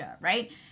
right